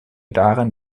darin